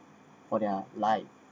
for their like